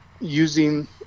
using